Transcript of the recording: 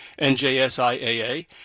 NJSIAA